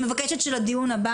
אני מבקשת שלדיון הבא,